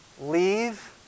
leave